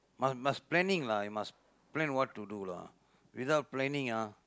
must must planning lah you must plan what to do lah without planning ah